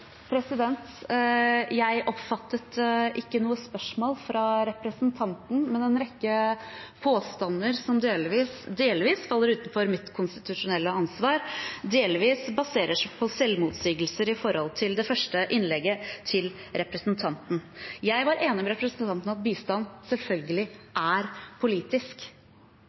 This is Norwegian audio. Jeg oppfattet ikke noe spørsmål fra representanten, men en rekke påstander som delvis faller utenfor mitt konstitusjonelle ansvar, og som delvis baserer seg på selvmotsigelser i forhold til det første innlegget til representanten. Jeg var enig med representanten i at bistand selvfølgelig er politisk.